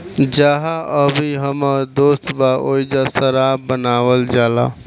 जाहा अभी हमर दोस्त बा ओइजा शराब बनावल जाला